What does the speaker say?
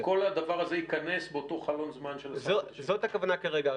אז כל הדבר הזה ייכנס באותו חלון זמן של --- זאת הכוונה כרגע.